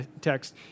text